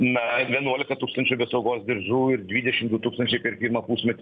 na vienuolika tūkstančių be saugos diržų ir dvidešim du tūkstančiai per pirmą pusmetį